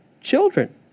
children